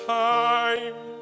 time